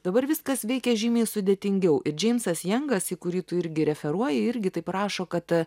dabar viskas veikia žymiai sudėtingiau džeimsas jangas į kurį tu irgi referuoji irgi taip rašo kad